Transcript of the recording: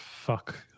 fuck